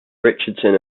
richardson